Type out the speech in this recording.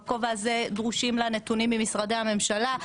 בכובע הזה דרושים לה נתונים ממשרדי הממשלה.